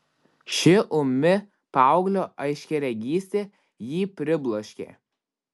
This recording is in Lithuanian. ši ūmi paauglio aiškiaregystė jį pribloškė